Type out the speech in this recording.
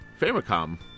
Famicom